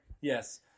Yes